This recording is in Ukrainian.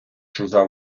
чужа